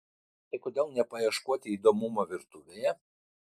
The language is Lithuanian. tad kodėl nepaieškoti įdomumo virtuvėje